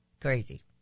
crazy